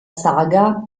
saga